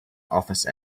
office